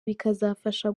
bikazafasha